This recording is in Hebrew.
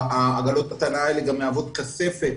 עגלות ההטענה האלה גם מהוות כספת.